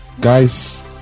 guys